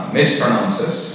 Mispronounces